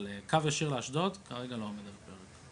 אבל קו ישיר לאשדוד, כרגע לא מדברים על זה.